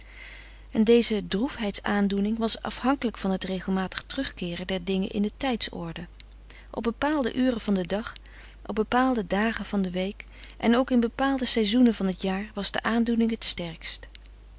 en deze droefheids aandoening was afhankelijk van het regelmatig terugkeeren der dingen in de tijdsorde op bepaalde uren van den dag op bepaalde dagen van de week en ook in bepaalde seizoenen van het jaar was de aandoening het sterkst